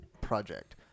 project